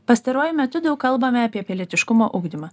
pastaruoju metu daug kalbame apie pilietiškumo ugdymą